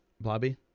Blobby